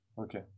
Okay